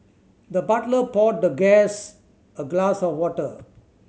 the butler poured the guest a glass of water